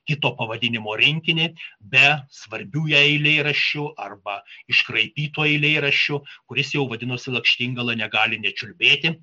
kito pavadinimo rinkinį be svarbių jai eilėraščių arba iškraipytų eilėraščių kuris jau vadinosi lakštingala negali nečiulbėti